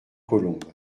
colombes